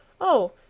Oh